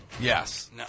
Yes